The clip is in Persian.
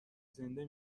زنده